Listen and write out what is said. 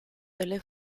dalle